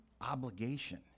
obligation